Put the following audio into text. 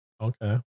okay